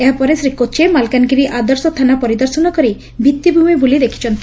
ଏହାପରେ ଶ୍ରୀ କୋଚେ ମାଲକାନଗିରି ଆଦର୍ଶ ଥାନା ପରିଦର୍ଶନ କରି ଭିତିଭ୍ମି ବ୍ଲି ଦେଖିଥିଲେ